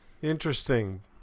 interesting